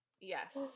Yes